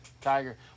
Tiger